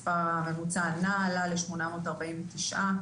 מספר הממוצע עלה ל-849,